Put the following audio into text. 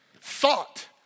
thought